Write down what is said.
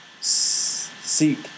seek